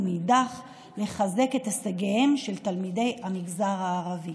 ומאידך לחזק את הישגיהם של תלמידי המגזר הערבי.